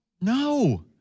no